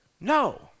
No